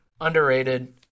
underrated